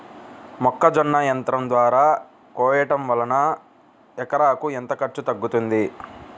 మొక్కజొన్న యంత్రం ద్వారా కోయటం వలన ఎకరాకు ఎంత ఖర్చు తగ్గుతుంది?